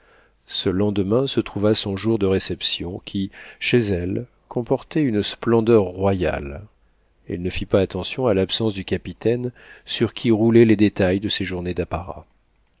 ce lendemain se trouva son jour de réception qui chez elle comportait une splendeur royale elle ne fit pas attention à l'absence du capitaine sur qui roulaient les détails de ces journées d'apparat